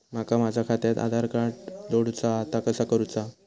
माका माझा खात्याक आधार कार्ड जोडूचा हा ता कसा करुचा हा?